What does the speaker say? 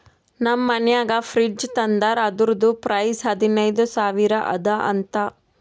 ನಮ್ ಮನ್ಯಾಗ ಫ್ರಿಡ್ಜ್ ತಂದಾರ್ ಅದುರ್ದು ಪ್ರೈಸ್ ಹದಿನೈದು ಸಾವಿರ ಅದ ಅಂತ